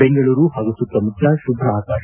ಬೆಂಗಳೂರು ಹಾಗೂ ಸುತ್ತಮುತ್ತ ಶುಭ್ರ ಆಕಾಶ